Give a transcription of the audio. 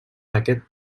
aquest